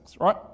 right